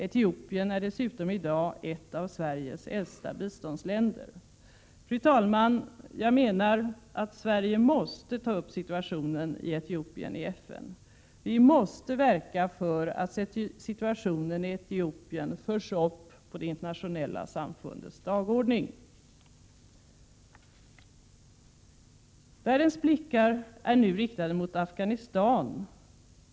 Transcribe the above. Etiopien är dessutom i dag ett av Sveriges äldsta biståndsländer. Fru talman! Jag menar att Sverige i FN måste ta upp situationen i Etiopien. Vi måste verka för att situationen i Etiopien förs upp på det internationella samfundets dagordning. Världens blickar är nu riktade mot Afghanistan.